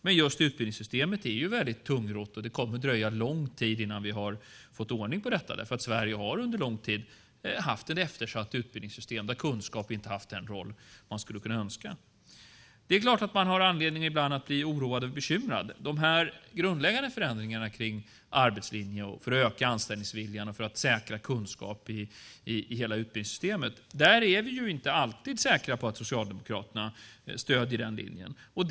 Men just utbildningssystemet är ju väldigt tungrott, och det kommer att dröja lång tid innan vi har fått ordning på detta därför att Sverige under lång tid har haft ett eftersatt utbildningssystem där kunskap inte har haft den roll man skulle ha kunnat önska. Det är klart att man ibland har anledning att bli oroad eller bekymrad. Vi är inte alltid säkra på att Socialdemokraterna stöder linjen med de grundläggande förändringarna när det gäller arbetslinjen och när det gäller att öka anställningsviljan och att säkra kunskap i hela utbildningssystemet.